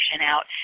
out